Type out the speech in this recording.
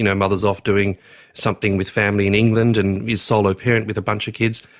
and mother's off doing something with family in england and he's solo parent with a bunch of kids.